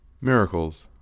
miracles